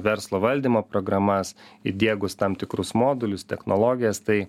verslo valdymo programas įdiegus tam tikrus modulius technologijas tai